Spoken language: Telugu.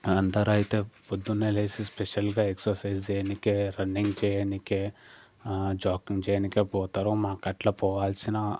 అందరు అయితే పొద్దునే లేచి స్పెషల్గా ఎక్ససైజ్ చేయనికి రన్నింగ్ చేయనికి జాగింగ్ చేయనికి పోతారు మాకు అట్ల పోవాల్సిన